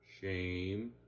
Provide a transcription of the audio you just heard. Shame